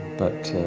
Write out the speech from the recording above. but